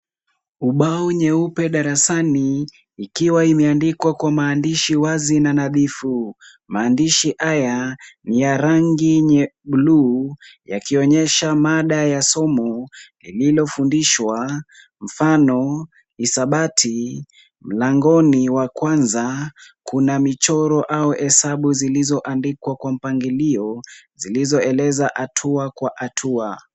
Ubao nyeupe darasani ikiwa imeandikwa kwa maandishi wazi na nadhifu. Maandishi haya ni ya rangi bluu yakionyesha mada ya somo ililofundishwa, mfano, hisabati. Mlangoni wa kwanza kuna michoro au hesabu zilizoandikwa kwa mpangilio zilizoeleza hatua kwa hatua.